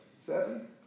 Seven